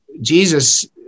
Jesus